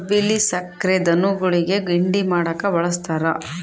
ಕಬ್ಬಿಲ್ಲಿ ಸಕ್ರೆ ಧನುಗುಳಿಗಿ ಹಿಂಡಿ ಮಾಡಕ ಬಳಸ್ತಾರ